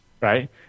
Right